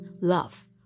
love